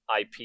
ip